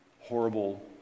horrible